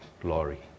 glory